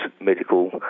medical